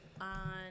on